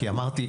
כי אמרתי,